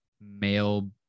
male